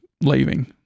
leaving